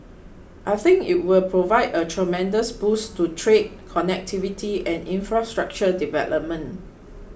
I think it will provide a tremendous boost to trade connectivity and infrastructure development